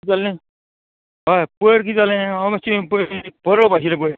किदें जालें हय पयर किदें जालें हांव माश्शें परब आशिल्लें पळय